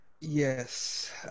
Yes